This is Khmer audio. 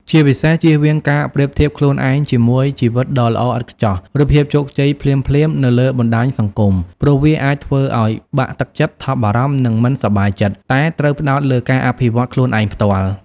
ជាពិសេស ជៀសវាងការប្រៀបធៀបខ្លួនឯងជាមួយ ជីវិតដ៏ល្អឥតខ្ចោះ ឬភាពជោគជ័យភ្លាមៗ នៅលើបណ្តាញសង្គម ព្រោះវាអាចធ្វើឱ្យបាក់ទឹកចិត្ត ថប់បារម្ភ និងមិនសប្បាយចិត្ត តែត្រូវផ្តោតលើការអភិវឌ្ឍខ្លួនឯងផ្ទាល់។